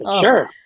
Sure